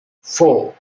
four